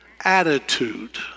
attitude